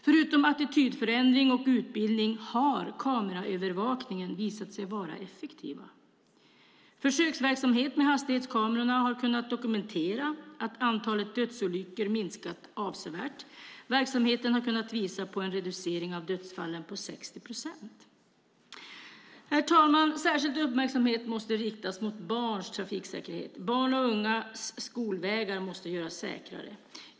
Förutom attitydförändring och utbildning har kameraövervakningen visat sig vara effektiv. Försöksverksamhet med hastighetskamerorna har kunnat dokumentera att antalet dödsolyckor minskat avsevärt, och verksamheten har kunnat visa på en reducering av dödsfallen på 60 procent. Herr talman! Särskild uppmärksamhet måste riktas mot barns trafiksäkerhet. Barn och ungas skolvägar måste göras säkrare.